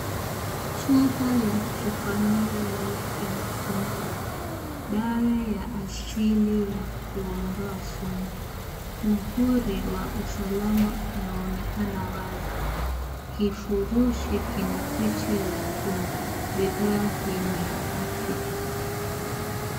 Chupa ya Zephania Life imesimama. Dawa ya asili ya kuondoa sumu. Mhuri wa usalama unaonekana wazi. Kifurushi kina picha ya tumbo. Bidhaa hii ni ya afya.